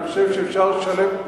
אני חושב שאפשר לשלב,